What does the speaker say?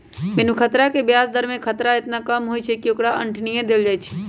बिनु खतरा के ब्याज दर में खतरा एतना कम होइ छइ कि ओकरा अंठिय देल जाइ छइ